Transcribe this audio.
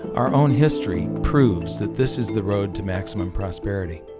our own history proves that this is the road to maximum prosperity